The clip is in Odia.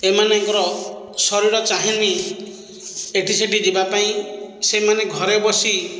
ଏମାନଙ୍କର ଶରୀର ଚାହେଁନି ଏଠି ସେଠି ଯିବା ପାଇଁ ସେମାନେ ଘରେ ବସି